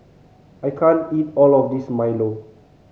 I can't eat all of this milo